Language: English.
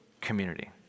community